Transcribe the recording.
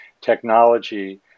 technology